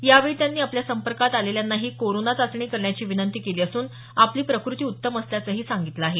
यावेळी त्यांनी आपल्या संपर्कात आलेल्यांनाही कोरोना चाचणी करण्याची विनंती केली असून आपली प्रकृती उत्तम असल्याचंही सांगितलं आहे